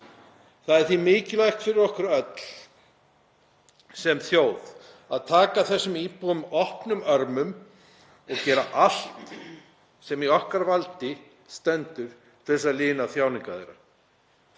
Því er mikilvægt fyrir okkur öll sem þjóð að taka þessum íbúum opnum örmum og gera allt sem í okkar valdi stendur til að lina þjáningar þeirra.